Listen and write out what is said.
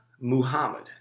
Muhammad